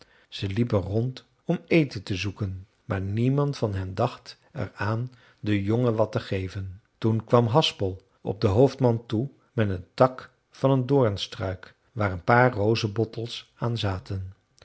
ze liepen rond om eten te zoeken maar niemand van hen dacht er aan den jongen wat te geven toen kwam haspel op den hoofdman toe met een tak van een doornstruik waar een paar rozebottels aan zaten